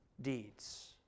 deeds